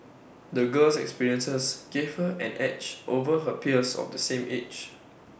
the girl's experiences gave her an edge over her peers of the same age